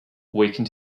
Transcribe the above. weakened